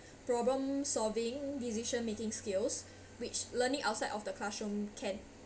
problem solving decision making skills which learning outside of the classroom can